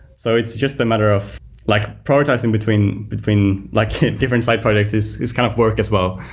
so, it's just a matter of like prioritizing between between like different side projects is is kind of work as well,